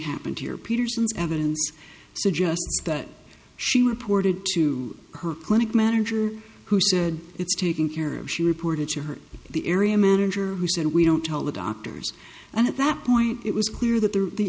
happened here peterson's evidence suggests that she reported to her clinic manager who said it's taking care of she reported to her the area manager who said we don't tell the doctors and at that point it was clear that the the